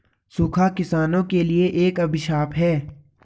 सूखा किसानों के लिए एक अभिशाप है